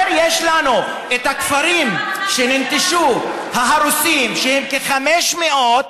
יש לנו את הכפרים שננטשו, ההרוסים, שהם כ-500.